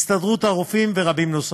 ההסתדרות הרפואית ורבים נוספים.